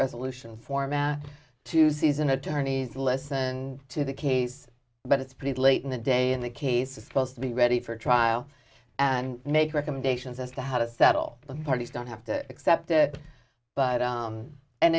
resolution format to seize an attorney's listen to the case but it's pretty late in the day and the case is supposed to be ready for trial and make recommendations as to how to settle the parties don't have to accept it but